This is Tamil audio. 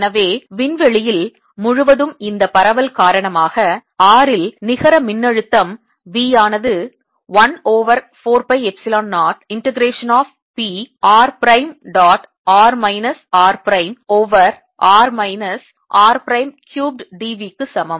எனவே விண்வெளியில் முழுவதும் இந்த பரவல் காரணமாக r இல் நிகர மின்னழுத்தம் V ஆனது 1 over 4 pi epsilon 0 integration of P r prime dot r minus r prime over r minus r prime cubed d v க்கு சமம்